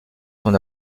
son